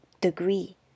degree